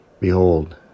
Behold